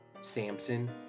Samson